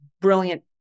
brilliant